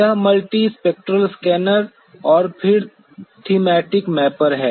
यह multispectral scanner और फिर थीमैटिक मैपर है